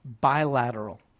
bilateral